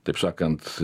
taip sakant